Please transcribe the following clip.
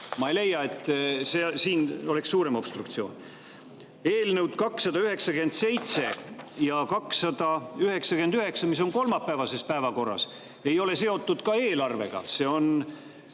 Ma ei leia, et [nüüd] oleks suurem obstruktsioon. Eelnõud 297 ja 299, mis on kolmapäevases päevakorras, ei ole seotud eelarvega, see on